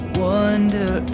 wonder